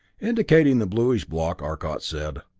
indicating the bluish block, arcot said,